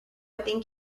think